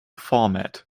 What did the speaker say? format